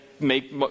make